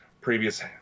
previous